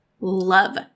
love